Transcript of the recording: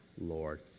Lord